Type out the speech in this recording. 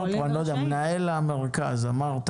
מנהל המרכז, אמרת